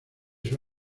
sus